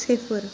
सिफर